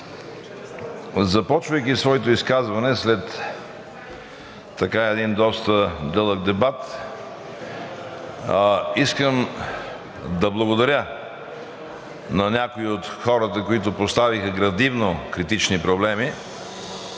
Започвайки своето изказване след един доста дълъг дебат, искам да благодаря на някои от хората, които поставиха градивно критични проблеми.